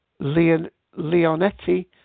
Leonetti